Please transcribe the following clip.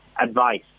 advice